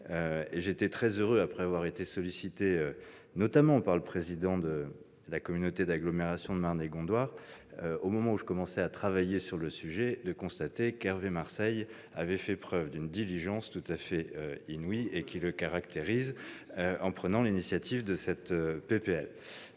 été très heureux, après avoir été sollicité notamment par le président de la communauté d'agglomération de Marne et Gondoire, au moment où je commençais à travailler sur le sujet, de constater qu'Hervé Marseille avait fait preuve d'une diligence tout à fait inouïe, diligence ...... qu'on lui connaît !... qui le caractérise, en prenant l'initiative de cette